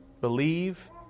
Believe